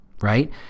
right